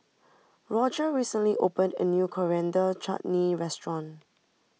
Rodger recently opened a new Coriander Chutney restaurant